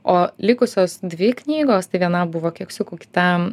o likusios dvi knygos tai viena buvo keksiukų kita